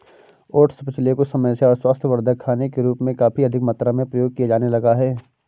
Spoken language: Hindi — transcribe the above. ओट्स पिछले कुछ समय से स्वास्थ्यवर्धक खाने के रूप में काफी अधिक मात्रा में प्रयोग किया जाने लगा है